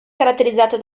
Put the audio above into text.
caratterizzata